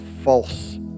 false